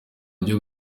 ryo